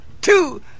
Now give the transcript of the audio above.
two